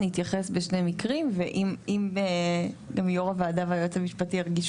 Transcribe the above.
אני אתייחס בשני מקרים ואם יו״ר הוועדה והיועץ המשפטי ירגישו